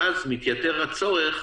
ואז מתייתר הצורך